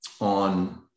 on